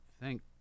thank